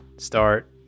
start